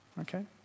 okay